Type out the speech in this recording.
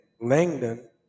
Langdon